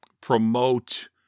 promote